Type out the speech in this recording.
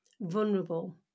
vulnerable